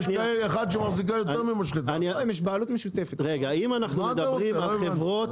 יש כאן אחת שמחזיקה יותר ממשחטה אחת רגע אם אנחנו מדברים על חברות,